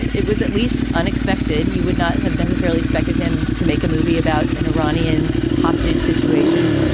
it it was at least unexpected. you would not have necessarily expected him to make a movie about an iranian hostage situation.